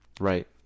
right